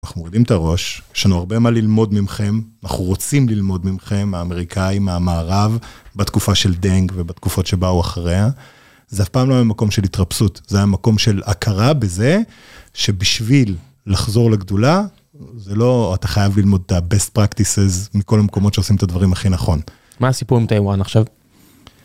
אנחנו מורידים את הראש יש לנו הרבה מה ללמוד ממכם אנחנו רוצים ללמוד ממכם האמריקאים המערב בתקופה של דנג ובתקופות שבאו אחריה זה אף פעם לא מקום של התרפסות זה המקום של הכרה בזה. שבשביל לחזור לגדולה זה לא אתה חייב ללמוד את ה-best practices מכל המקומות שעושים את הדברים הכי נכון מה הסיפור עם טאיוואן עכשיו.